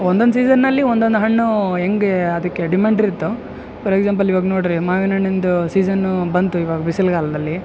ಒಂದೊಂದು ಸೀಸನ್ನಲ್ಲಿ ಒಂದೊಂದು ಹಣ್ಣು ಹೇಗೆ ಅದಕ್ಕೆ ಡಿಮ್ಯಾಂಡ್ ಇರುತ್ತೋ ಫಾರ್ ಎಕ್ಸಾಂಪಲ್ ಇವಾಗ ನೋಡ್ರಿ ಮಾವಿನ ಹಣ್ಣಿನ್ದು ಸೀಸನ್ ಬಂತು ಇವಾಗ ಬಿಸಿಲ್ಗಾಲದಲ್ಲಿ